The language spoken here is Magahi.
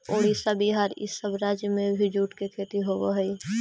उड़ीसा, बिहार, इ सब राज्य में भी जूट के खेती होवऽ हई